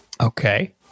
okay